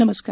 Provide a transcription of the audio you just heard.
नमस्कार